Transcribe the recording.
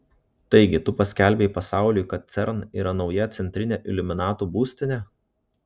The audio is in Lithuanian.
taigi tu paskelbei pasauliui kad cern yra nauja centrinė iliuminatų būstinė